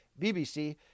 BBC